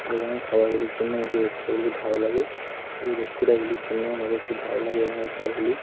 এবং এই খাবারগুলির জন্য আমাকে রেস্তোরাঁগুলি ভালো লাগে এই রেস্তেরাঁগুলির জন্যই এদের খুব ভালো লাগে এবং এই খাবারগুলি